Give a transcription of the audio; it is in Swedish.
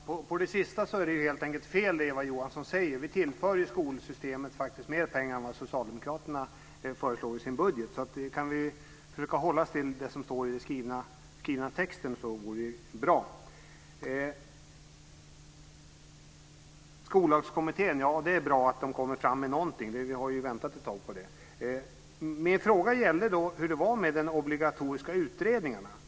Herr talman! Det sista som Eva Johansson säger är helt enkelt fel. Vi tillför faktiskt skolsystemet mer pengar än vad Socialdemokraterna föreslår i sin budget. Det vore bra om vi kunde försöka hålla oss till det som står i den skrivna texten. Det är bra om Skollagskommittén kommer fram med någonting. Vi har ju väntat ett tag på det. Min fråga gällde de obligatoriska utredningarna.